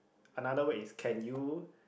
another word is can you